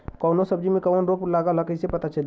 कौनो सब्ज़ी में कवन रोग लागल ह कईसे पता चली?